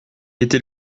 était